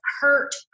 hurt